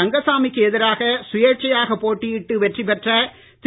ரங்கசாமிக்கு எதிராக சுயேட்சையாக போட்டியிட்டு வெற்றி பெற்ற திரு